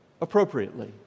appropriately